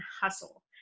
Hustle